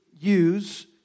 use